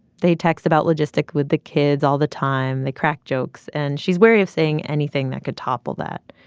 they text about logistics with the kids all the time. they crack jokes. and she's wary of saying anything that could topple that.